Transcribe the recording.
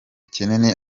kinini